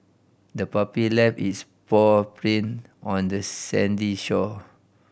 the puppy left its paw print on the sandy shore